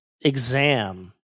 exam